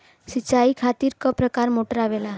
सिचाई खातीर क प्रकार मोटर आवेला?